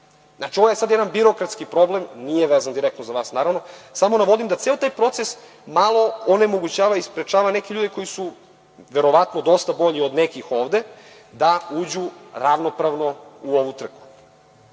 Znači, ovo je sada jedan birokratski problem, nije direktno vezan za vas, samo navodim da čitav taj proces malo onemogućava i sprečava neke ljude koji su verovatno dosta bolji od nekih ovde da uđu ravnopravno u ovu trku. Moj